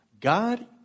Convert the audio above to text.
God